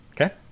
okay